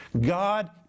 God